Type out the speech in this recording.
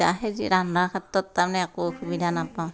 এতিয়া সেই যি ৰন্ধাৰ ক্ষেত্ৰত তাৰমানে একো অসুবিধা নাপাওঁ